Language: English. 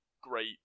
great